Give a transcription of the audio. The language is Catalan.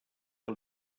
que